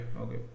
okay